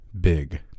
Big